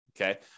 okay